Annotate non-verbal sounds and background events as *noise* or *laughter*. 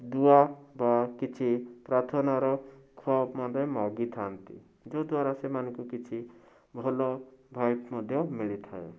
ଗୁଆ ବା କିଛି ପ୍ରାର୍ଥନାର *unintelligible* ମାଗିଥାନ୍ତି ଯଦ୍ୱାରା ସେମାନଙ୍କୁ କିଛି ଭଲ ଭାଇବ୍ସ୍ ମଧ୍ୟ ମିଳିଥାଏ